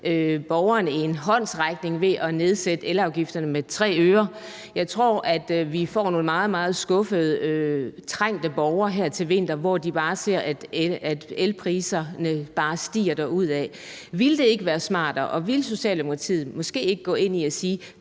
borgerne en håndsrækning ved at nedsætte elafgifterne med 3 øre. Jeg tror, vi får nogle meget, meget skuffede, trængte borgere her til vinter, hvor de ser, at elpriserne bare stiger derudad. Ville det ikke være smartere, hvis Socialdemokraterne måske gik ud og sagde: